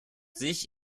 sich